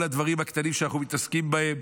הדברים הקטנים שאנחנו מתעסקים בהם.